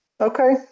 Okay